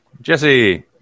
Jesse